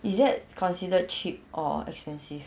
is that considered cheap or expensive